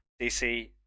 DC